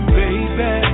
baby